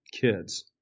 kids